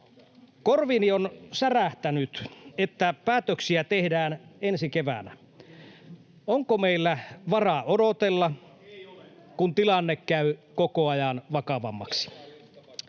Korviini on särähtänyt, että päätöksiä tehdään ensi keväänä. Onko meillä varaa odotella, [Antti Kurvinen: Ei ole!] kun tilanne käy koko ajan vakavammaksi?